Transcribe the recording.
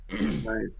right